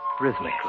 rhythmically